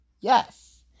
yes